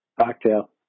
cocktail